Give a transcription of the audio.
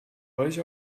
euch